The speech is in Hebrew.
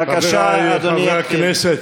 בבקשה, אדוני יתחיל.